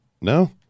No